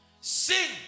Sing